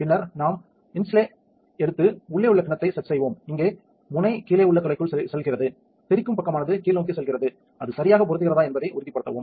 பின்னர் நாம் இன்லே எடுத்து உள்ளே உள்ள கிண்ணத்தை செட் செய்வோம் இங்கே முனை கீழே உள்ள துளைக்குள் செல்கிறது தெறிக்கும் பக்கமானது கீழ்நோக்கி செல்கிறது அது சரியாக பொருந்துகிறதா என்பதை உறுதிப்படுத்தவும்